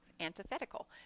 antithetical